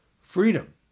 Freedom